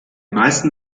meisten